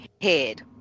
head